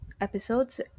episodes